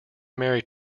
married